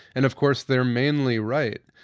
and of course they're mainly right.